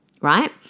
right